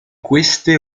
queste